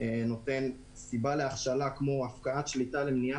נותן סיבה להכשלה שהיא בדרך כלל כללית